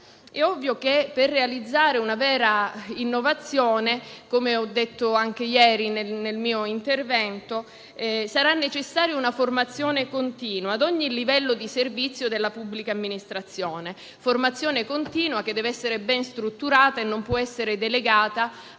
È ovvio che, per realizzare una vera innovazione, come ho detto anche ieri nel mio intervento, sarà necessaria una formazione continua ad ogni livello di servizio della pubblica amministrazione. Formazione continua che deve essere ben strutturata e non può essere delegata